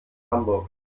hamburg